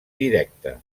directe